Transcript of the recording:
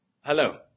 Hello